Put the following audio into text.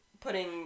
putting